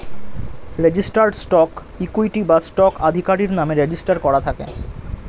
registered stock equity বা stock আধিকারির নামে রেজিস্টার করা থাকে